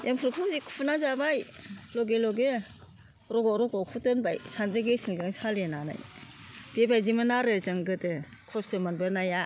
एंखुरखौ खुनानै जाबाय लगे लगे रग' रग'खौ दोनबाय सान्द्रि गेसेंजों सालिनानै बेबायदिमोन आरो जों गोदो खस्थ' मोनबोनाया